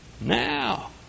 now